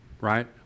right